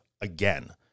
again